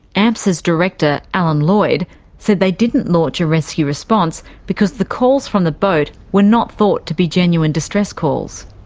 amsa's director alan lloyd said they didn't launch a rescue response because the calls from the boat were not thought to be genuine distress calls.